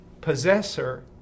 possessor